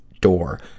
door